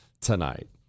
tonight